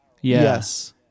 Yes